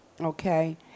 okay